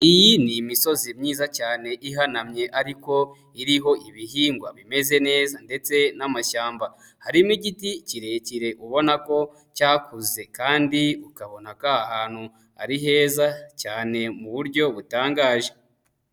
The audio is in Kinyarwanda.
Iyi ni imisozi myiza cyane ihanamye ariko iriho ibihingwa bimeze neza ndetse n'amashyamba, harimo igiti kirekire ubona ko cyakuze kandi ukabona ko aha hantu ari heza cyane mu buryo butangaje.